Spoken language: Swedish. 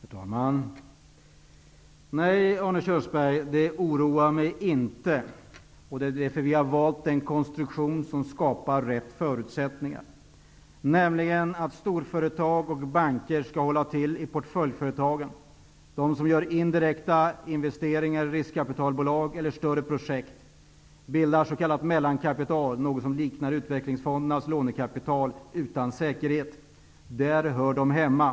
Herr talman! Nej, Arne Kjörnsberg, det oroar mig inte. Vi har valt en konstruktion som skapar rätt förutsättningar. Storföretag och banker skall hålla till i portföljföretagen. De gör indirekta investeringar i riskkapitalbolag eller större projekt och bildar s.k. mellankapital utan säkerhet, något som liknar utvecklingsfondernas lånekapital. Där hör de hemma.